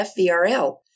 FVRL